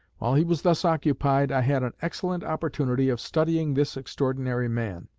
while he was thus occupied, i had an excellent opportunity of studying this extraordinary man.